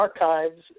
archives